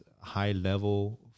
high-level